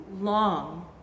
long